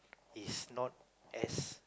he's not as